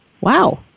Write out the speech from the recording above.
wow